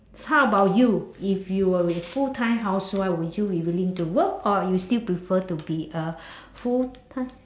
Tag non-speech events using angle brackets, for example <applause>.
s~ how about you if you were a full time housewife would you be willing to work or you still prefer to be a <breath> full time